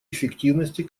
эффективности